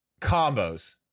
combos